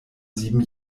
sieben